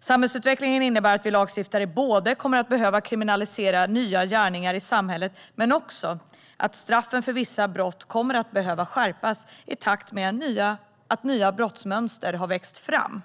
Samhällsutvecklingen innebär både att vi lagstiftare kommer att behöva kriminalisera nya gärningar i samhället och att straffen för vissa brott kommer att behöva skärpas i takt med att nya brottsmönster växer fram.